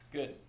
Good